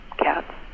cats